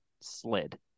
slid